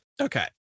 Okay